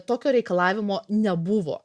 tokio reikalavimo nebuvo